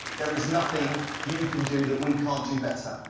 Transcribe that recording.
there is nothing you can do that we can't do better,